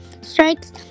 strikes